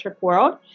world